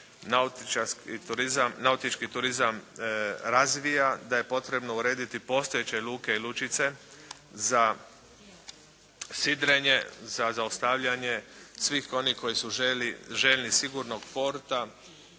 nautički turizam razvija, da je potrebno urediti postojeće luke i lučice za sidrenje, za zaustavljanje svih onih koji su željni sigurnog porta,